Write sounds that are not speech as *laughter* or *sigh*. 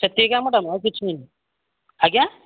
ସେତିକି କାମ *unintelligible* ଆଉ କିଛି ନାହିଁ ଆଜ୍ଞା